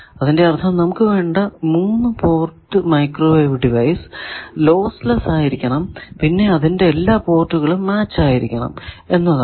അതിന്റെ അർഥം നമുക്ക് വേണ്ട 3 പോർട്ട് മൈക്രോവേവ് ഡിവൈസ് ലോസ്ലെസ്സ് ആയിരിക്കണം പിന്നെ അതിന്റെ എല്ലാ പോർട്ടുകളും മാച്ച് ആയിരിക്കണം എന്നാണ്